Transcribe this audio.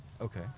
Okay